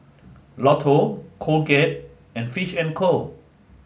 Lotto Colgate and Fish and Co